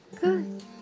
Good